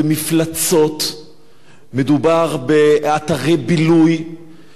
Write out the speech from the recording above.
מדובר באתרי בילוי שעוסקים בעצם בשני דברים,